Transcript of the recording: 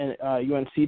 UNC